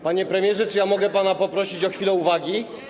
Panie premierze, czy mogę pana prosić o chwilę uwagi?